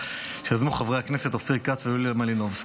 שיזמו חברי הכנסת אופיר כץ ויוליה מלינובסקי.